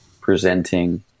presenting